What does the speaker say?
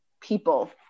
people